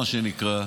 מה שנקרא,